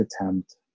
attempt